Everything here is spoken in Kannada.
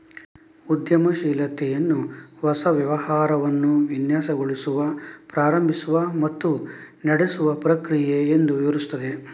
ಉದ್ಯಮಶೀಲತೆಯನ್ನು ಹೊಸ ವ್ಯವಹಾರವನ್ನು ವಿನ್ಯಾಸಗೊಳಿಸುವ, ಪ್ರಾರಂಭಿಸುವ ಮತ್ತು ನಡೆಸುವ ಪ್ರಕ್ರಿಯೆ ಎಂದು ವಿವರಿಸುತ್ತವೆ